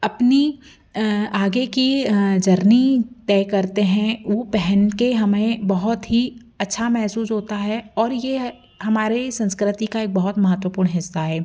अपनी आगे की जर्नी तय करते हैं वो पहन के हमें बहुत ही अच्छा महसूस होता है और यह हमारे संस्कृति का एक बहुत महत्वपूर्ण हिस्सा है